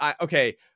okay